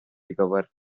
recover